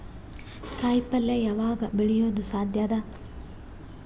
ಕಾಯಿಪಲ್ಯ ಯಾವಗ್ ಬೆಳಿಯೋದು ಸಾಧ್ಯ ಅದ?